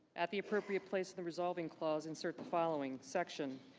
at the appropriate place in the resolving clause, insert the following section,